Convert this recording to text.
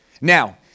Now